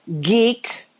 geek